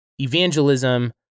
evangelism